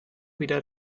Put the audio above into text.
wieder